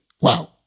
Wow